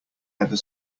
ever